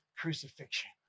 crucifixion